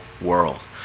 world